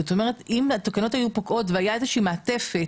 אם התקנות פוקעות והייתה איזושהי מעטפת,